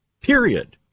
period